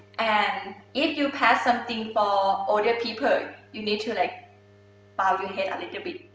and if you pass something for older people you need to like bow your head a little bit.